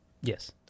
Yes